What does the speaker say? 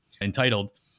Entitled